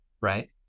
right